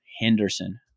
Henderson